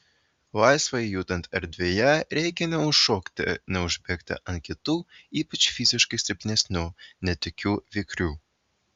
laisvai judant erdvėje reikia neužšokti neužbėgti ant kitų ypač fiziškai silpnesnių ne tokių vikrių